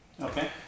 okay